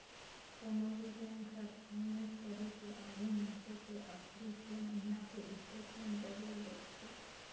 कोनो भी बेंक हर फाइनेस करे के आघू मइनसे के आखरी छे महिना के स्टेटमेंट जरूर देखथें